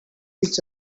each